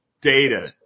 data